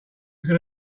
could